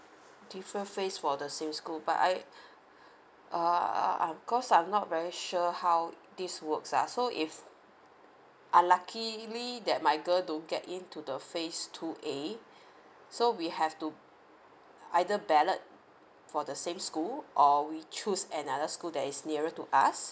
different phase for the same school but I uh cause I'm not very sure how this works lah so if unluckily that my girl don't get in to the phase two A so we have to either ballot for the same school or we choose another school that is nearer to us